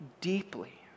deeply